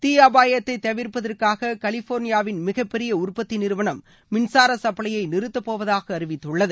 தீ அபாயத்தை தவிர்ப்பதற்காக கலிபோர்னியாவின் மிகப்பெரிய உற்பத்தி நிறுவனம் மின்சார சப்ளையை நிறுத்தப்போவதாக அறிவித்துள்ளது